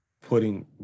putting